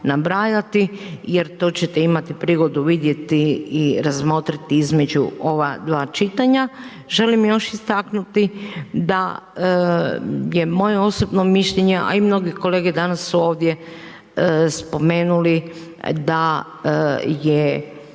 jer to ćete imati prigodu vidjeti i razmotriti između ova dva čitanja. Želim još istaknuti da je moje osobno mišljenje, a i mnogi kolege danas su ovdje spomenuli da je